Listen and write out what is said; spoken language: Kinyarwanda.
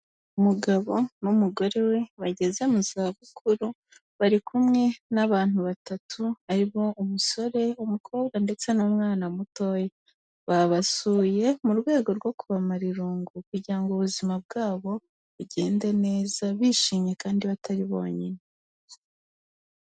Umugabo n'umugore we bageze mu zabukuru bari kumwe n'abantu batatu ari bo umusore, umukobwa ndetse n'umwana mutoya. Babasuye mu rwego rwo kubamara irungu kugira ngo ubuzima bwabo bugende neza, bishimye kandi batari bonyine.